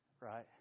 Right